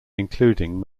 including